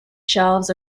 shelves